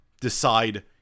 decide